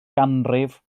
ganrif